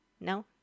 No